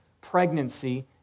pregnancy